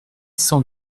cent